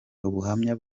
ubuhamya